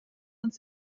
uns